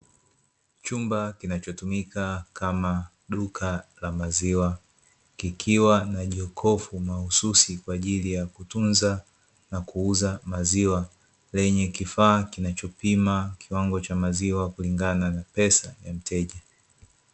Chumba kinachotumika kama duka la maziwa, kikiwa na jokofu mahususi kwa ajili ya kutunza na kuuza maziwa, lenye kifaa kinachopima kiwango cha maziwa kulingana na pesa ya mteja.